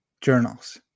journals